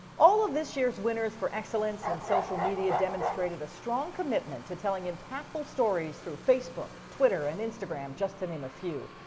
all of this year's winners for excellence in social media demonstrated a strong commitment to telling impactful stories through facebook, twitter and instagram just to name a few,